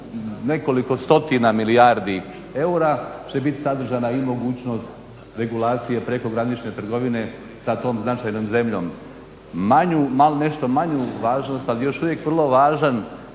nekoliko stotina milijardi eura, će biti sadržana i mogućnost regulacije prekogranične trgovine sa tom značajnom zemljom. Nešto manju važnost, ali još uvijek vrlo važan